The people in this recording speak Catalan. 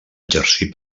exercir